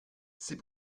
c’est